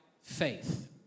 faith